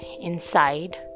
inside